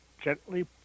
gently